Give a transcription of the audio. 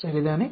சரிதானே